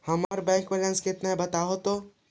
हमर bank balance केतना है बताहु तो?